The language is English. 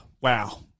wow